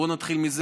בואו נתחיל מזה,